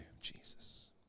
jesus